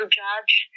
judge